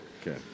Okay